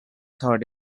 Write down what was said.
thought